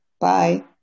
Bye